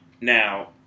Now